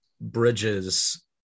Bridges